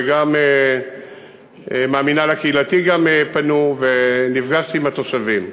גם מהמינהל הקהילתי פנו, ונפגשתי עם התושבים.